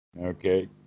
Okay